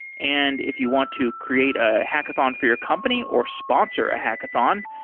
and if you want to create a hackathon for your company or sponsor a hackathon,